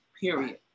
period